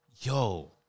Yo